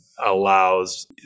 allows